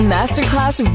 Masterclass